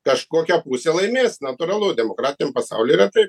kažkokia pusė laimės natūralu demokratiniam pasauly yra tai